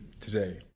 today